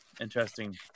interesting